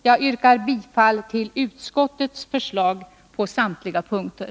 Jag yrkar bifall till utskottets hemställan på samtliga punkter.